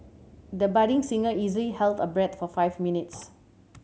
the budding singer easily held her breath for five minutes